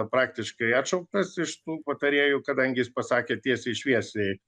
praktiškai atšauktas iš tų patarėjų kadangi jis pasakė tiesiai šviesiai